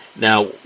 Now